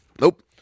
Nope